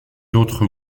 autres